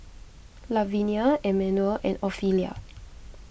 Lavenia Emanuel and Ofelia